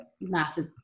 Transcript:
massive